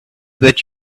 that